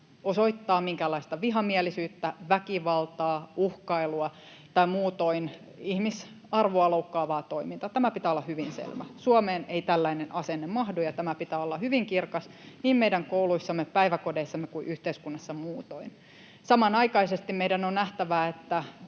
osoittaa minkäänlaista vihamielisyyttä, väkivaltaa, uhkailua tai muutoin ihmisarvoa loukkaavaa toimintaa. Tämän pitää olla hyvin selvä. Suomeen ei tällainen asenne mahdu, ja tämän pitää olla hyvin kirkas, niin meidän kouluissamme, päiväkodeissamme kuin yhteiskunnassa muutoin. Samanaikaisesti meidän on nähtävä, että